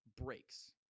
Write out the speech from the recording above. breaks